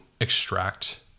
extract